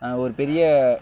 ஒரு பெரிய